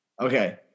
okay